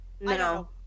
no